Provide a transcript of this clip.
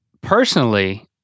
personally—